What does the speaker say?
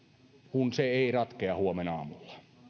se ei ratkea huomenaamulla